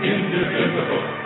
Indivisible